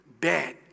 bad